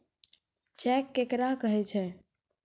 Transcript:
Cheque केकरा कहै छै?